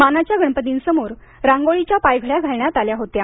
मानाच्या गणपतींसमोर रांगोळीच्या पायघड्या घालण्यात आल्या होत्या